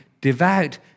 devout